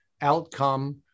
outcome